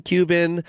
Cuban